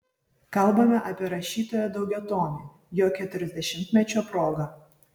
kalbame apie rašytojo daugiatomį jo keturiasdešimtmečio proga